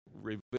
reveal